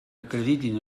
acreditin